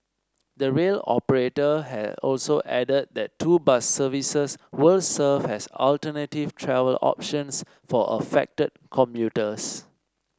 the rail operator also added that two bus services will serve as alternative travel options for affected commuters